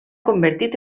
convertit